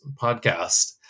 podcast